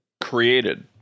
Created